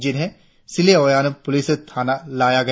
जिन्हे सिले ओयान पुलिस थाना लाया गया